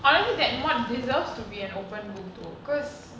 honestly that mod deserves to be an open book though cause